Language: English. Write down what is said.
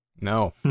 no